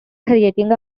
creating